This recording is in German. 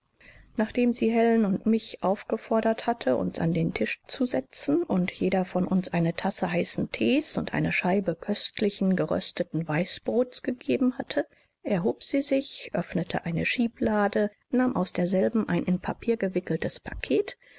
nachdem sie helen und mich aufgefordert hatte uns an den tisch zu setzen und jeder von uns eine tasse heißen thee's und eine scheibe köstlichen gerösteten weißbrots gegeben hatte erhob sie sich öffnete eine schieblade nahm aus derselben ein in papier gewickeltes paket